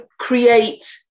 create